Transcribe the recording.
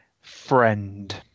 friend